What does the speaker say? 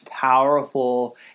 powerful